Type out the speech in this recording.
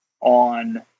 on